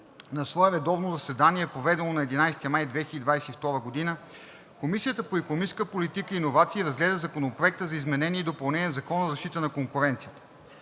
На свое редовно заседание, проведено на 11 май 2022 г., Комисията по икономическа политика и иновации разгледа Законопроекта за изменение и допълнение на Закона за защита на конкуренцията.